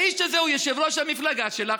האיש הזה הוא יושב-ראש המפלגה שלך,